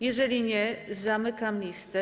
Jeżeli nie, zamykam listę.